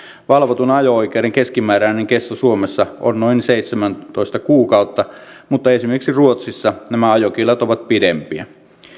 valvotun ajo oikeuden keskimääräinen kesto suomessa on noin seitsemäntoista kuukautta mutta esimerkiksi ruotsissa nämä ajokiellot ovat pidempiä